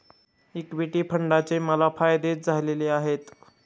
equity फंडाचे मला फायदेच झालेले आहेत